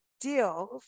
deal